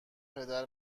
پدر